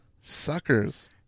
Suckers